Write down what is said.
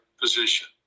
position